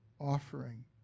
offering